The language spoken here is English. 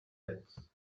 debts